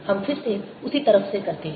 हम फिर से उसी तरफ से करते हैं